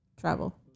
Travel